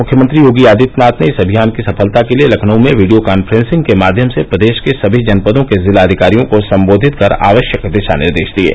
मुख्यमंत्री योगी आदित्यनाथ ने इस अभियान की सफलता के लिये लखनऊ में वीडियो कांफ्रेंसिंग के माध्यम से प्रदेश के सभी जनपदों के जिलाधिकारियों को संबोधित कर आवश्यक दिशा निर्देश दिये